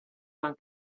van